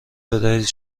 بدهید